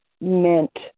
meant